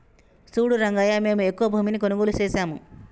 సూడు రంగయ్యా మేము ఎక్కువ భూమిని కొనుగోలు సేసాము